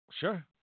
sure